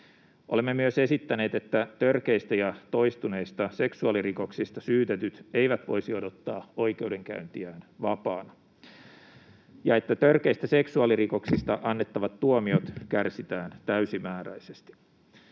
Olemme myös esittäneet, että törkeistä ja toistuneista seksuaalirikoksista syytetyt eivät voisi odottaa oikeudenkäyntiään vapaana ja että törkeistä seksuaalirikoksista annettavat tuomiot kärsitään täysimääräisesti.